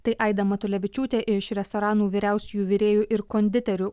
tai aida matulevičiūtė iš restoranų vyriausiųjų virėjų ir konditerių